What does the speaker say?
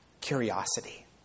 curiosity